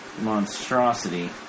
monstrosity